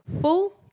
Full